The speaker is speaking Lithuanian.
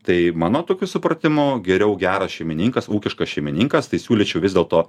tai mano tokiu supratimu geriau geras šeimininkas ūkiškas šeimininkas tai siūlyčiau vis dėlto